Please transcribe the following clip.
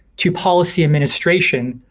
to policy administration,